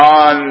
on